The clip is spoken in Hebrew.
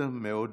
עו"ד